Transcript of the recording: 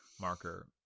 marker